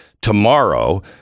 tomorrow